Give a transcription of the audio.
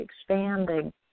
expanding